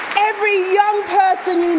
every young person